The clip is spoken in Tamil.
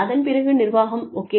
அதன் பிறகு நிர்வாகம் ஓகே